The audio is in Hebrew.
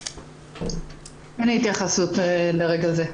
אין לי התייחסות ברגע זה.